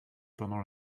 pendant